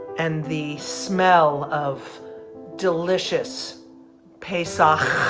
and the smell of delicious pesach